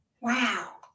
Wow